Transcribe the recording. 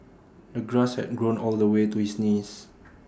the grass had grown all the way to his knees